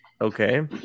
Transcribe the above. Okay